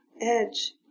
edge